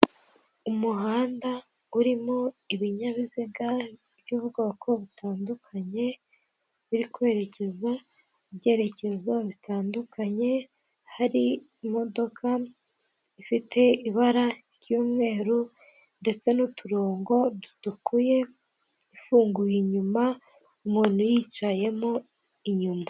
Umuhanda urimo ibinyabiziga by'ubwoko butandukanye biri kwerekeza mu byerekezo bitandukanye, hari imodoka ifite ibara ry'umweru ndetse n'uturongo dutukuye, ifunguye inyuma, umuntu yicayemo inyuma.